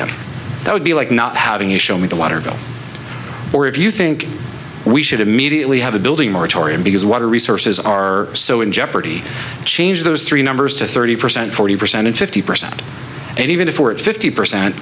and that would be like not having you show me the water bill or if you think we should immediately have a building moratorium because water resources are so in jeopardy change those three numbers to thirty percent forty percent and fifty percent and even if we're at fifty percent